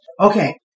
Okay